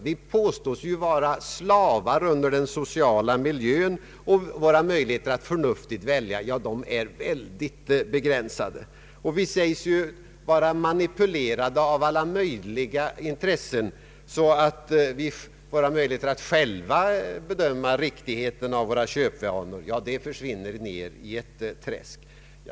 Vi påstås ju vara slavar under den sociala miljön, och våra möjligheter att förnuftigt välja är väldigt begränsade, och vi sägs ju vara manipulerade av alla möjliga intressen så att våra möjligheter att själva bedöma riktigheten av våra köpvanor försvinner helt och hållet.